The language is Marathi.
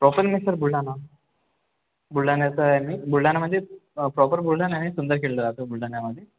प्रोपर मी सर बुलढाणा बुलढाण्याचा आहे मी बुलढाणा म्हणजे प्रोपर बुलढाणा आहे सुंदरखिंडला राहतो बुलढाणामध्ये